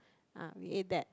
ah we ate that